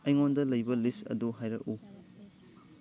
ꯑꯩꯉꯣꯟꯗ ꯂꯩꯕ ꯂꯤꯁ ꯑꯗꯨ ꯍꯥꯏꯔꯛꯎ